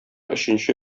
өченче